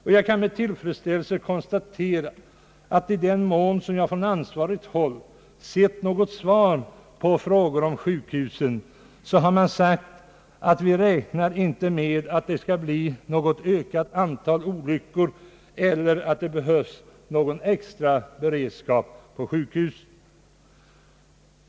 Jag kan bara med tillfredsställelse konstatera att i den mån jag från ansvarigt håll hört någon svara på denna fråga, så har det sagts att man inte räknar med ett ökat antal olyckor efter övergången, så att det skall behövas någon extra beredskap på sjukhusen.